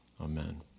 amen